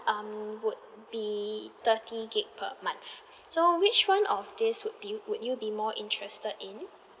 um would be thirty gigabyte per month so which one of this would be would you be more interested in